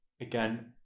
Again